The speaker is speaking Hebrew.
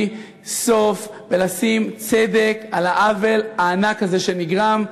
סוף ולהשיג צדק בשל העוול הענק הזה שנגרם.